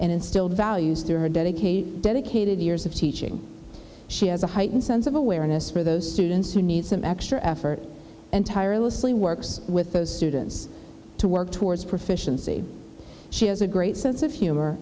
and instill values through her dedicate dedicated years of teaching she has a heightened sense of awareness for those students who need some extra effort and tirelessly works with those students to work towards proficiency she has a great sense of humor